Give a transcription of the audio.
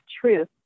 truth